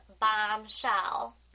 bombshell